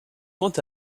quant